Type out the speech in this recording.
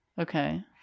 Okay